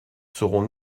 seront